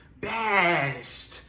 Bashed